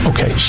Okay